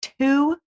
two